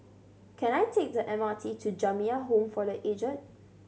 can I take the M R T to Jamiyah Home for The Aged